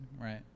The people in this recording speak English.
right